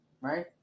right